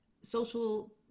social